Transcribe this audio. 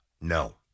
No